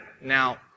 Now